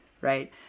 right